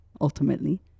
ultimately